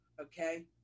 okay